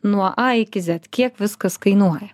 nuo a iki zet kiek viskas kainuoja